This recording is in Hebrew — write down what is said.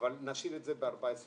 אבל נשאיר את זה ב-14 יום.